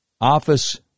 Office